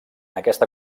aquesta